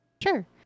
sure